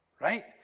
right